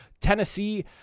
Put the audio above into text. Tennessee